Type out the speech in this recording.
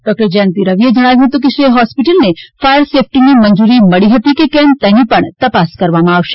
doctor Jayanti રવિએ જણાવ્યું હતું કે શ્રેય હોસ્પિટલને ફાયર સેફટીની મજૂરી મળી હતી કે કેમ તેની પણ તપાસ કરવામાં આવશે